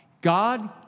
God